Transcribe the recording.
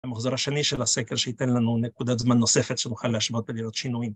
המחזור השני של הסקר שייתן לנו נקודת זמן נוספת שנוכל להשוות ולראות שינויים.